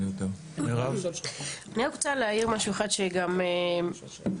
אני רוצה להעיר משהו אחד שגם חשוב,